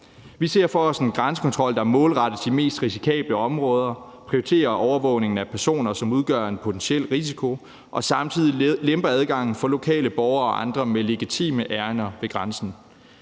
Vi ser for os en grænsekontrol, der målrettes de mest risikable områder, prioriterer overvågningen af personer, som udgør en potentiel risiko, og samtidig lemper adgangen for lokale borgere og andre med legitime ærinder ved grænsen.